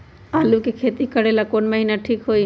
आलू के खेती करेला कौन महीना ठीक होई?